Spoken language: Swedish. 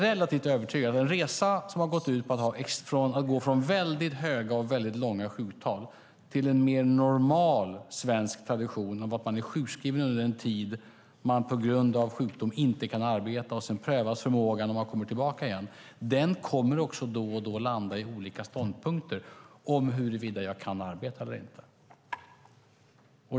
Det är en resa som har gått ut på att gå från väldigt höga sjukskrivningstal och långa sjukskrivningstider till en mer normal svensk tradition, nämligen att vara sjukskriven under den tid då man på grund av sjukdom inte kan arbeta och att förmågan sedan prövas när man kommer tillbaka igen. Den kommer då och då att landa i olika ståndpunkter om huruvida jag kan arbeta eller inte.